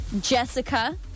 Jessica